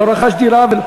לא רכש דירה,